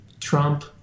Trump